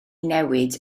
newid